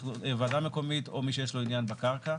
ועדה מקומית או למי שיש לו עניין בקרקע.